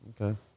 Okay